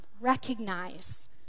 recognize